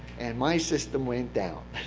and my system went down.